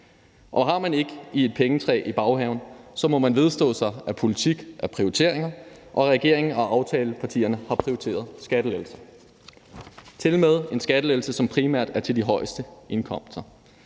Har man ikke et pengetræ i baghaven, må man vedstå sig, at politik er prioriteringer, og regeringen og aftalepartierne har så prioriteret skattelettelser. Det er tilmed en skattelettelse, som primært er til dem med de højeste indkomster.